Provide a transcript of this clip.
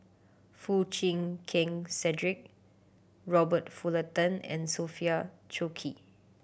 Foo Chee Keng Cedric Robert Fullerton and Sophia Cooke